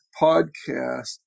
podcast